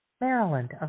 Maryland